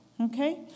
okay